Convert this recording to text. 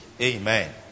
Amen